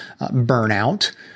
Burnout